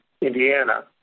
Indiana